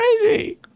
crazy